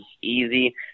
easy